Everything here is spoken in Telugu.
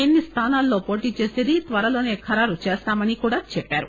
ఎన్ని స్థానాల్లో పోటీ చేసేది త్వరలో ఖరారు చేస్తామని అన్నారు